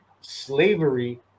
slavery